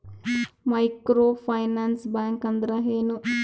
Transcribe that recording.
Micro finance bank ಅಂದ್ರ ಏನು?